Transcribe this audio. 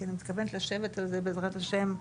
כי אני מתכוונת לשבת על זה, בעזרת השם,